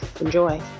Enjoy